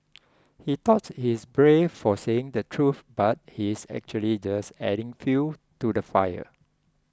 he thought his brave for saying the truth but he's actually just adding fuel to the fire